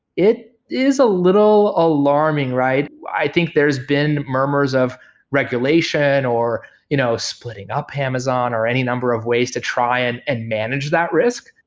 it is a little alarming, right? i think there's been murmurs of regulation, or you know splitting up amazon or any number of ways to try and and manage that risk.